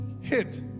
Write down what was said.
hit